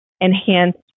enhanced